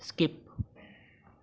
skip